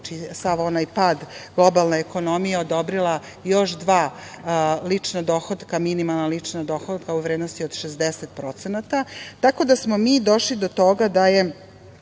sav onaj pad globalne ekonomije, odobrila još dva lična dohotka, minimalna lična dohotka u vrednosti od 60%. Tako da smo došli do toga da je